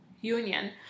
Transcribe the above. Union